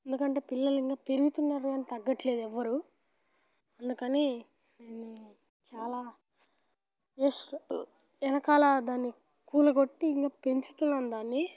ఎందుకంటే పిల్లలు ఇంకా పెరుగుతున్నారు కానీ తగ్గట్లేదు ఎవరు అందుకని నేను చాలా ఎస్ వెనకాల దాన్ని కూలగొట్టి ఇంకా పెంచుతున్నాను దాన్ని